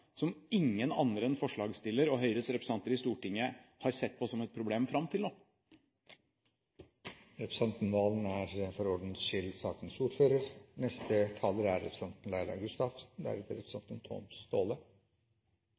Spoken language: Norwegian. som ingen andre enn forslagsstiller og Høyres representanter i Stortinget har sett på som et problem fram til nå. Representanten Staahle startet sitt innlegg med å stille spørsmålet om vi skal såre noen på grunn av religion. Det er